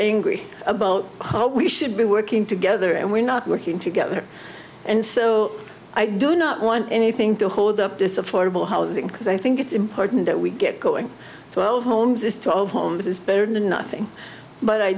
angry about how we should be working together and we're not working together and so i do not want anything to hold up this affordable housing because i think it's important that we get going well homes destroyed homes is better than nothing but i